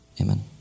Amen